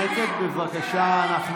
שקט, בבקשה.